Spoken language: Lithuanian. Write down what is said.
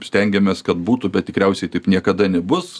stengiamės kad būtų bet tikriausiai taip niekada nebus